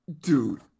Dude